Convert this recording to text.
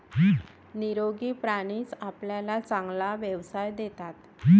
निरोगी प्राणीच आपल्याला चांगला व्यवसाय देतात